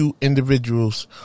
individuals